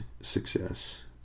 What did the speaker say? success